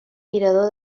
mirador